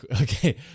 Okay